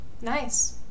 nice